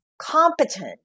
competent